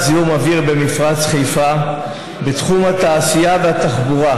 זיהום אוויר במפרץ חיפה בתחום התעשייה והתחבורה,